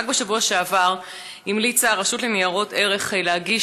רק בשבוע שעבר המליצה הרשות לניירות ערך להגיש